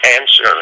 answer